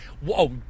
Whoa